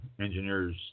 engineers